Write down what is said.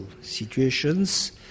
situations